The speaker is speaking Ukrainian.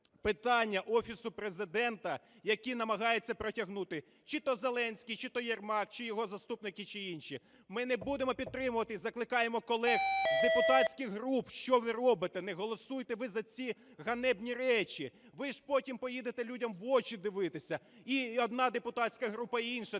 питання Офісу Президента, які намагається протягнути чи то Зеленський, чи то Єрмак чи його заступники, чи інші. Ми не будемо підтримувати і закликаємо колег з депутатських груп. Що ви робите? Не голосуйте ви за ці ганебні речі. Ви ж потім поїдете людям в очі дивитися, і одна депутатська група і інша.